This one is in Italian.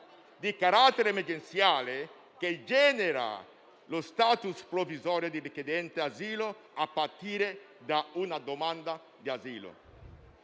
di carattere emergenziale che genera lo *status* provvisorio di richiedente asilo, a partire da una domanda di asilo.